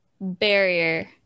barrier